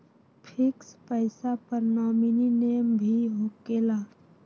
Fix पईसा पर nominee name भी होकेला?